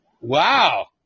Wow